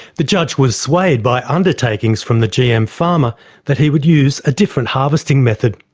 the judge was swayed by undertakings from the gm farmer that he would use a different harvesting method.